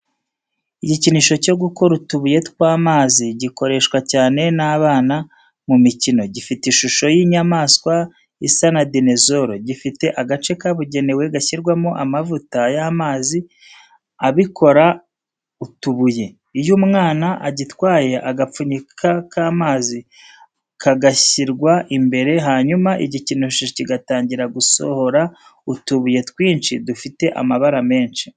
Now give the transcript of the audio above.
Igikinisho cyo gukora utubuye tw'amazi gikoreshwa cyane n'abana mu mikino. Gifite ishusho y'inyamaswa isa na dinezoro, gifite agace kabugenewe gashyirwamo amavuta y’amazi abikora utubuye. Iyo umwana agitwaye, agapfunyika k’amazi kagashyirwa imbere, hanyuma igikinisho kigatangira gusohora utubuye twinshi dufite amabara menshi.